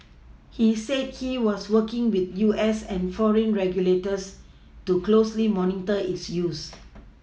he said he was working with U S and foreign regulators to closely monitor its use